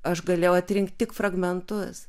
aš galėjau atrinkt tik fragmentus